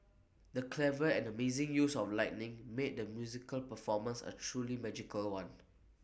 the clever and amazing use of lighting made the musical performance A truly magical one